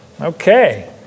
Okay